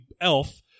elf